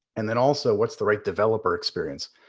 and then also, what's the right developer experience?